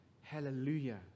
Hallelujah